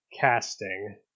casting